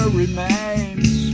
remains